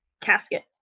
casket